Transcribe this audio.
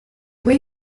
way